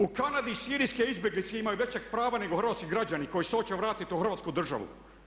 U Kanadi sirijske izbjeglice imaju veća prava nego hrvatski građani koji se hoće vratiti u Hrvatsku državu.